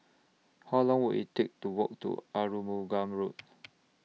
How Long Will IT Take to Walk to Arumugam Road